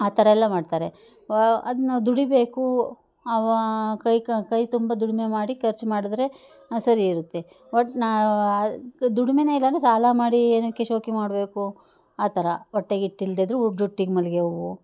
ಆ ಥರ ಎಲ್ಲ ಮಾಡ್ತಾರೆ ಅದು ನಾವು ದುಡಿಬೇಕು ಅವ ಕೈ ಕಾ ಕೈ ತುಂಬ ದುಡಿಮೆ ಮಾಡಿ ಖರ್ಚು ಮಾಡಿದ್ರೆ ಸರಿ ಇರುತ್ತೆ ಒಟ್ಟು ನಾವು ದುಡಿಮೆಯೇ ಇಲ್ಲಾಂದ್ರೆ ಸಾಲ ಮಾಡಿ ಏನಕ್ಕೆ ಶೋಕಿ ಮಾಡಬೇಕು ಆ ಥರ ಹೊಟ್ಟೆಗೆ ಹಿಟ್ಟಿಲ್ದೆಇದ್ರೂ ಜುಟ್ಟಿಗೆ ಮಲ್ಲಿ ಹೂವು